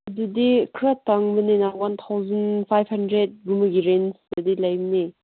ꯑꯗꯨꯗꯤ ꯈꯔ ꯇꯥꯡꯕꯅꯤꯅ ꯋꯥꯟ ꯊꯥꯎꯖꯟ ꯐꯥꯏꯚ ꯍꯟꯗ꯭ꯔꯦꯗꯒꯨꯝꯕꯒꯤ ꯔꯦꯟꯖꯇꯗꯤ ꯂꯩꯕꯅꯦ